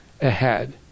ahead